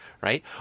right